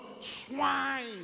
swine